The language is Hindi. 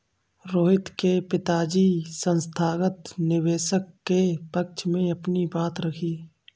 रोहित के पिताजी संस्थागत निवेशक के पक्ष में अपनी बात रखी